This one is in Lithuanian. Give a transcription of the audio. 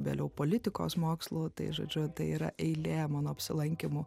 vėliau politikos mokslų tai žodžiu tai yra eilė mano apsilankymų